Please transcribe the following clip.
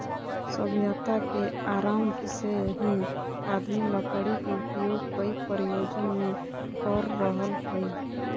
सभ्यता के आरम्भ से ही आदमी लकड़ी के उपयोग कई प्रयोजन मे कर रहल हई